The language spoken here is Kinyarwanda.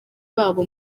babo